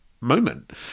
moment